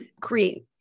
create